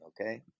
okay